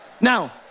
Now